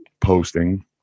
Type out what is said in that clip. posting